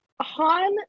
Han